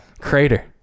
Crater